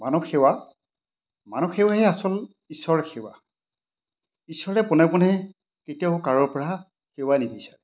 মানৱ সেৱা মানৱ সেৱাহে আচল ঈশ্বৰ সেৱা ঈশ্বৰে পোনে পোনে কেতিয়াও কাৰোৰ পৰা সেৱা নিবিচাৰে